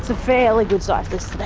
it's a fairly good sized list